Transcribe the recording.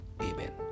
Amen